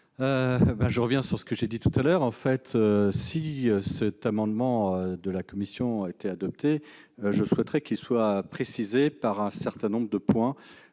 Je reviens sur ce que j'ai dit. En fait, si cet amendement de la commission était adopté, je souhaiterais qu'il soit précisé sur un certain nombre de points,